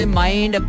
mind